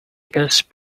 because